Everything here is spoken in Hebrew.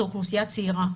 זו אוכלוסייה צעירה.